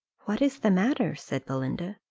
what is the matter? said belinda.